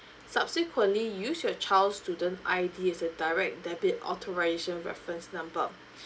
subsequently you should student I_D as a direct debit authorisation reference number